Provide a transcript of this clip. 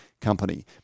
company